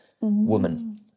woman